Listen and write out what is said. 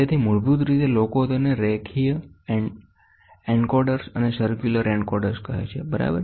તેથી મૂળભૂત રીતે લોકો તેને રેખીય એન્કોડર્સ અને સર્કુલાર એન્કોડર્સ કહે છે બરાબર